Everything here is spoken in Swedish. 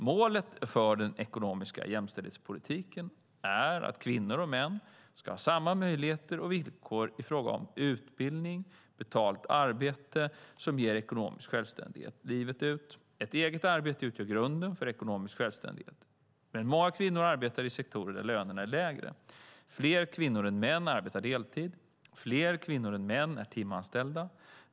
Målet för den ekonomiska jämställdhetspolitiken är att kvinnor och män ska ha samma möjligheter och villkor i fråga om utbildning och betalt arbete som ger ekonomisk självständighet livet ut. Ett eget arbete utgör grunden för ekonomisk självständighet. Men många kvinnor arbetar i sektorer där lönerna är lägre. Fler kvinnor än män arbetar deltid. Fler kvinnor än män är timanställda.